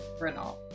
renault